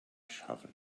shovel